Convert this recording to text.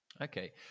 Okay